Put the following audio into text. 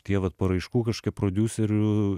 tie vat paraiškų kažkaip prodiuserių